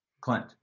Clint